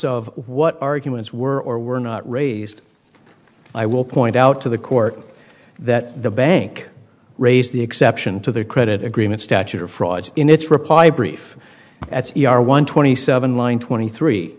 of what arguments were or were not raised i will point out to the court that the bank raised the exception to their credit agreement statute of frauds in its reply brief at c r one twenty seven line twenty three